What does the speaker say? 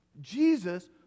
Jesus